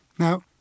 Now